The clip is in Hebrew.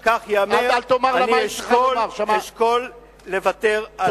אם כך ייאמר, אני אשקול לוותר על ההצבעה.